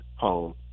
home